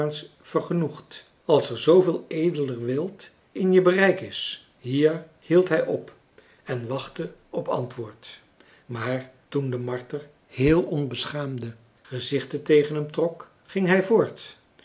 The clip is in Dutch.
vergenoegt als er zooveel edeler wild in je bereik is hier hield hij op en wachtte op antwoord maar toen de marter heel onbeschaamde gezichten tegen hem trok ging hij voort